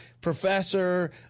Professor